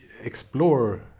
explore